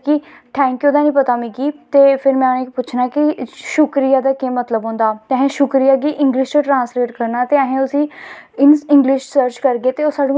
district दा जां अपनें पिंड दा बंदा ऐ जां कुसैजगा दा आ दा ऐ ओह् अपनां बंदा ऐ मतलव ओह् बड़ा खुश होंदा जियां कोई फार्न कंट्री च कोई साढ़ा बंदा उत्थें लब्भी जंदा कोई